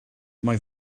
mae